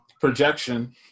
Projection